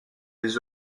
les